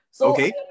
Okay